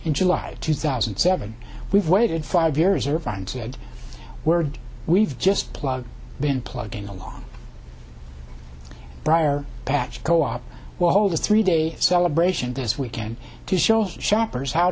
in july two thousand and seven we've waited five years or find a word we've just plug been plugging along briar patch co op will hold a three day celebration this weekend to show shoppers how